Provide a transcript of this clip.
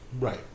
Right